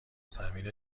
زمین